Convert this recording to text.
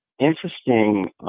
interesting